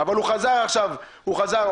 אבל הוא חזר עכשיו לעבוד,